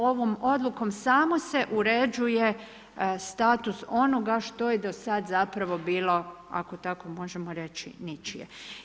Ovom odlukom samo se uređuje status onoga što je do sada zapravo bilo, ako tako možemo reći ničije.